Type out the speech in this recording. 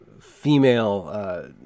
female